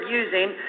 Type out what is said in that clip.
using